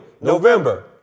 November